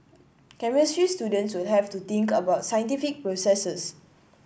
chemistry students will have to think about scientific processes